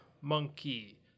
Monkey